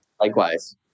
likewise